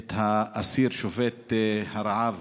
את האסיר שובת הרעב